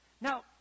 Now